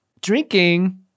Drinking